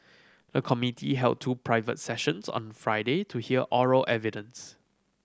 the committee held two private sessions on Friday to hear oral evidence